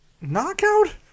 Knockout